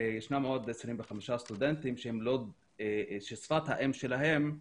ישנם עוד 25% סטודנטים ששפת האם שלהם היא